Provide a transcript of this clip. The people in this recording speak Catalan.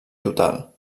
total